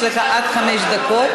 יש לך עד חמש דקות.